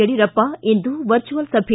ಯಡಿಯೂರಪ್ಪ ಇಂದು ವರ್ಚುವಲ್ ಸಭೆ